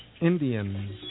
Indians